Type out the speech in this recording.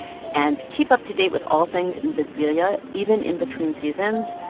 and keep up to date with all things invisibilia even in between seasons.